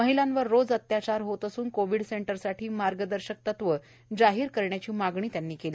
महिलांवर रोज अत्याचार होत असून कोविड सेंटर साठी मार्गदर्शक तत्वं जाहीर करण्याची मागणी त्यांनी केली